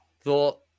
thought